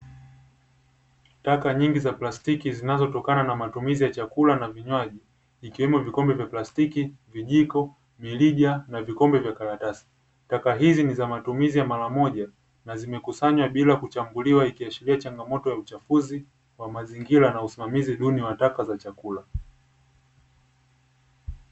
Taka nyingi za plastiki ziazotokana na matumizi ya chakula na vinywaji, ikiwemo: vikombe vya plastiki, vijiko, mirija, na vikombe vya karatasi. Taka hizi ni za matumizi ya mara moja, na zimekusanyawa bila kuchambuliwa, ikiashiria changamoto ya uchafuzi wa mazingira, na usimamizi duni wa taka za chakula.